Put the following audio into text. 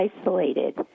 isolated